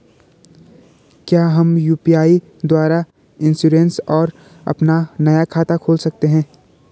क्या हम यु.पी.आई द्वारा इन्श्योरेंस और अपना नया खाता खोल सकते हैं?